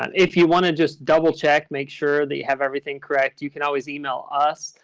um if you want to just double-check, make sure that you have everything correct, you can always email us,